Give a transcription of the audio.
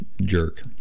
jerk